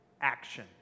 action